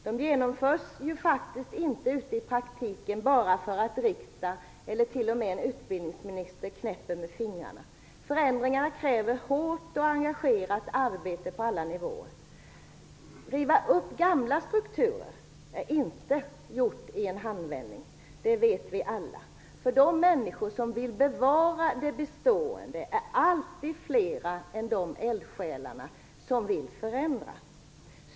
De genomförs ju inte ute i praktiken bara vi i riksdagen eller en utbildningsminister knäpper med fingrarna. Förändringar kräver hårt och engagerat arbete på alla nivåer. Att riva upp gamla strukturer är inte gjort i en handvändning, det vet vi alla. De människor som vill bevara det bestående är nämligen alltid fler än de eldsjälar som vill förändra.